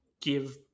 give